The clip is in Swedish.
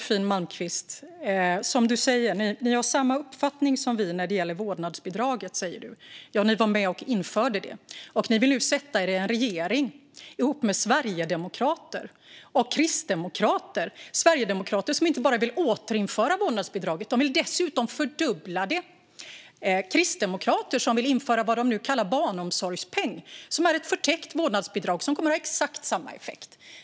Fru talman! Vi har samma uppfattning som ni om vårdnadsbidraget, säger Josefin Malmqvist. Ni var med och införde det och vill nu sätta er i en regering med Sverigedemokraterna och Kristdemokraterna. Sverigedemokraterna vill inte bara återinföra vårdnadsbidraget utan fördubbla det, och Kristdemokraterna vill införa vad de kallar barnomsorgspeng, ett förtäckt vårdnadsbidrag med exakt samma effekt.